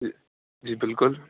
جی بالکل